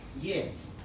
Yes